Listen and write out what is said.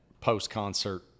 post-concert